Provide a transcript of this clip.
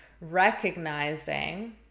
recognizing